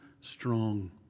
strong